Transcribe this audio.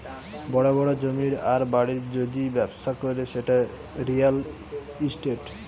বড় বড় জমির আর বাড়ির যদি ব্যবসা করে সেটা রিয়্যাল ইস্টেট